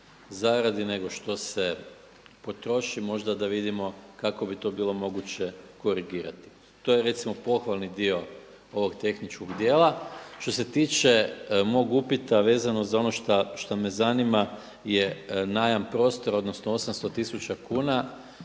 zaradi nego što se potroši, možda da vidimo kako bi to bilo moguće korigirati. To je recimo pohvalni dio ovog tehničkog dijela. Što se tiče mog upita vezano za ono šta me zanima je najam prostora, odnosno 800 tisuća kuna